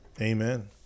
amen